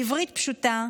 בעברית פשוטה,